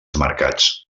mercats